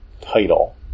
title